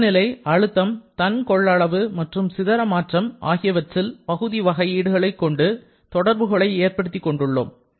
வெப்பநிலை அழுத்தம் தன் கொள்ளளவு மற்றும் சிதற மாற்றம் ஆகியவற்றில் பகுதி வகையீடுகளைக் கொண்டு தொடர்புகளை ஏற்படுத்திக் கொள்கிறோம்